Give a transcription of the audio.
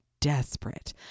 Desperate